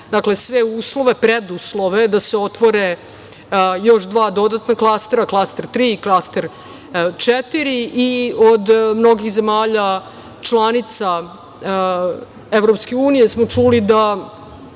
sve uslove, preduslove da se otvore još dva dodatna klastera, klaster tri i klaster četiri. Od mnogih zemalja članica EU smo čuli da